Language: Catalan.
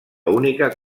única